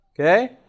Okay